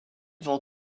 vend